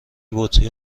بطری